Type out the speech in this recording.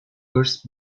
first